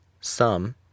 sum